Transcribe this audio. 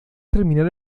terminar